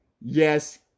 yes